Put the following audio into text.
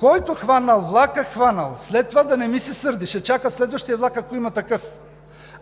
който хванал влака, хванал – след това да не ми се сърди, ще чака следващия влак, ако има такъв!